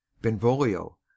benvolio